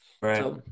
right